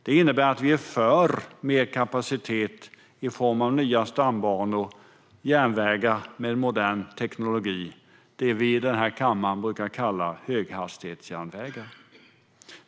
Det innebär att vi är för mer kapacitet i form av nya stambanor och järnvägar med modern teknologi, det som vi i denna kammare brukar kalla höghastighetsjärnvägar.